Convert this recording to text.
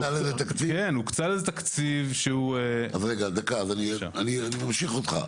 דקה, אני אמשיך אותך.